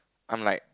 I'm like